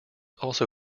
also